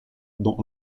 dans